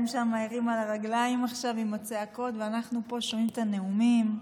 הם שם ערים על הרגליים עם הצעקות ואנחנו פה שומעים את הנאומים,